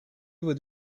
would